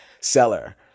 seller